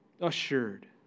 assured